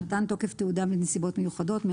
113.מתן תוקף תעודה בנסיבות מיוחדות על